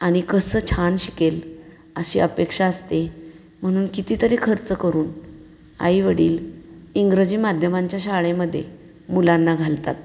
आणि कसं छान शिकेल अशी अपेक्षा असते म्हणून कितीतरी खर्च करून आई वडील इंग्रजी माध्यमांच्या शाळेमध्ये मुलांना घालतात